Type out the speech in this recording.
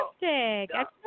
fantastic